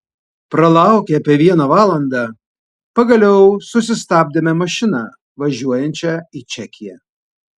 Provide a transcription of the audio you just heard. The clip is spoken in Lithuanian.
pralaukę apie vieną valandą pagaliau susistabdėme mašiną važiuojančią į čekiją